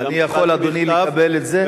אני יכול, אדוני, לקבל את זה?